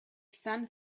sun